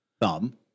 thumb